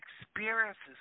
experiences